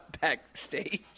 backstage